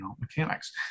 mechanics